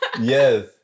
Yes